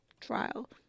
trial